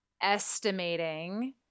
estimating